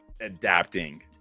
adapting